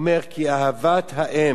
הוא אומר כי "אהבת האם,